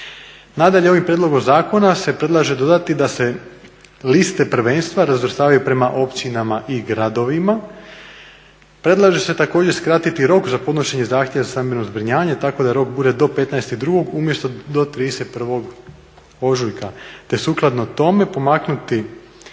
Nadalje, ovim prijedlogom zakona se predlaže dodati da se liste prvenstva razvrstavaju prema općinama i gradovima. Predlaže se također skratiti rok za podnošenje zahtjeva za stambeno zbrinjavanje tako da rok bude do 15.02. umjesto do 31. ožujka Te sukladno tome pomaknuti